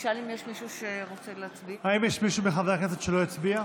האם יש מישהו מחברי הכנסת שלא הצביע?